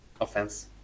offense